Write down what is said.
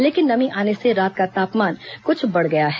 लेकिन नमी आने से रात का तापमान कुछ बढ़ गया है